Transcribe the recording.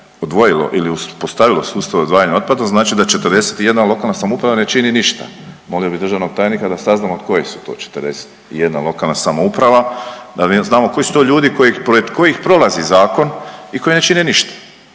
odvojilo ili uspostavilo sustav odvajanja otpada znači da 41 lokalna samouprava ne čini ništa. Molio bi državnog tajnika da saznamo koji su to 41 lokalna samouprava. Da znamo koji su to ljudi pored kojih prolazi zakon i koji ne čine ništa,